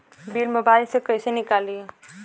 Bill mobile से कईसे निकाली?